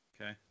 Okay